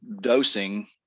dosing